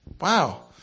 wow